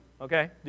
okay